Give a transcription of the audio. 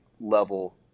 level